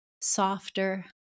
softer